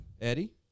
Eddie